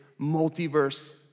multiverse